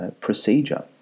procedure